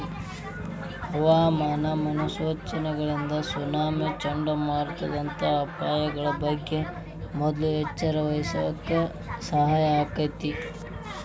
ಹವಾಮಾನ ಮುನ್ಸೂಚನೆಗಳಿಂದ ಸುನಾಮಿ, ಚಂಡಮಾರುತದಂತ ಅಪಾಯಗಳ ಬಗ್ಗೆ ಮೊದ್ಲ ಎಚ್ಚರವಹಿಸಾಕ ಸಹಾಯ ಆಕ್ಕೆತಿ